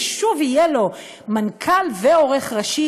ושוב יהיה לו מנכ"ל ועורך ראשי,